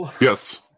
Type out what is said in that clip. yes